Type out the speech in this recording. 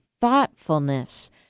thoughtfulness